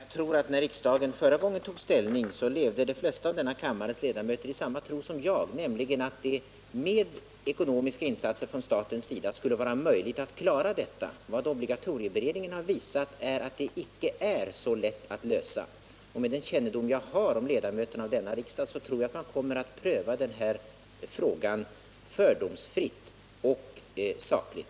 Herr talman! Jag tror att när riksdagen förra gången tog ställning levde de flesta av den här kammarens ledamöter i samma tro som jag, nämligen att det med ekonomiska insatser från statens sida skulle vara möjligt att klara frågan. Vad obligatorieutredningen har visat är att det icke är så lätt att lösa den. Och med den kännedom jag har om ledamöterna av denna riksdag tror jag att de kommer att pröva frågan fördomsfritt och sakligt.